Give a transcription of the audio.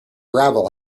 gravel